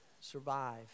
survive